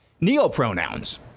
neo-pronouns